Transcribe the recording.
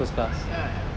ya ya